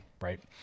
right